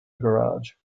garage